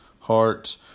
Heart